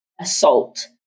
assault